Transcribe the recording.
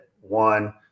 one